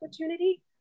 opportunity